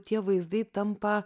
tie vaizdai tampa